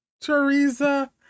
Teresa